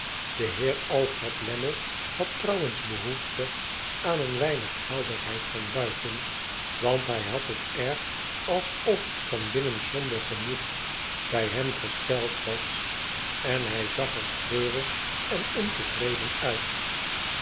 de heer alfred lammie had trouwens behoefte aan een weinig helderheid van buiten want hij had het air alsof het van binnen somber genoeg bij hem gesteld was en hij zag er treurig en ontevreden uit